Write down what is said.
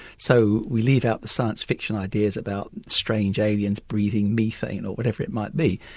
so we leave out the science fiction ideas about strange aliens breathing methane or whatever it might be,